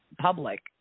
public